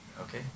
Okay